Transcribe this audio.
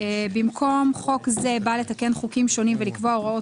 במקום "חוק זה בא לתקן חוקים שונים ולקבוע הוראות